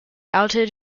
outed